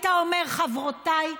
חברותיי,